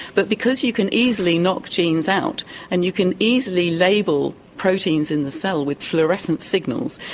but because you can easily knock genes out and you can easily label proteins in the cell with fluorescent signals,